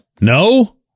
No